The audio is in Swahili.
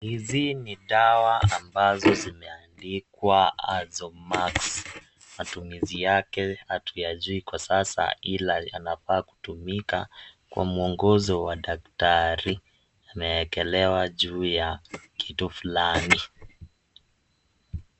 Hizi ni dawa ambazo zimeandikwa (cs)AZOMAX(cs),matumizi yake hatuyajui kwa sasa ila yanafaa kutumika kwa mwongozo wa daktari, imeekelewa juu ya kitu fulani.